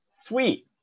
Sweet